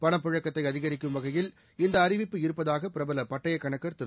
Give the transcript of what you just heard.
பணப்புழக்கத்தை அதிகரிக்கும் வகையில் இந்த அறிவிப்பு இருப்பதாக பிரபல பட்டயக்கணக்கள் திரு